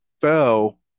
fell